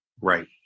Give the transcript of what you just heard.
Right